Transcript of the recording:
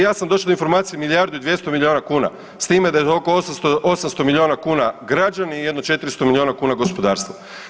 Ja sam došao do informacije milijardu i 200 milijuna kuna s time da je oko 800 milijuna kuna građani i jedno 400 milijuna kuna gospodarstvo.